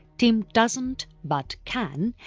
tim doesn't but can,